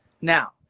Now